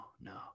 no